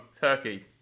Turkey